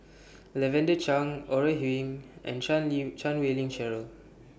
Lavender Chang Ore Huiying and Chan Chan Wei Ling Cheryl